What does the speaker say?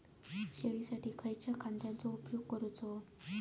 शेळीसाठी खयच्या खाद्यांचो उपयोग करायचो?